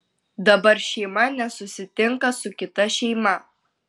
dabar šeima nesusitinka su kita šeima